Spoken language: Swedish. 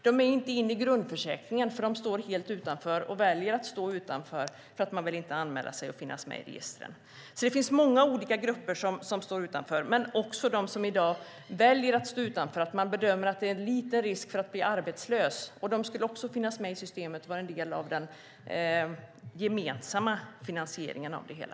De är inte inne i grundförsäkringen, för de står helt utanför och väljer att stå utanför därför att de inte vill anmäla sig och finnas med i registren. Det finns många olika grupper som står utanför men också de som i dag väljer att stå utanför då man bedömer att det är liten risk för att bli arbetslös. De skulle också finnas med i systemet och vara en del av den gemensamma finansieringen av det hela.